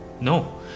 No